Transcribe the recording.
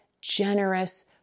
generous